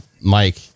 Mike